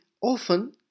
often